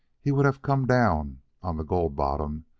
he would have come down on the gold bottom,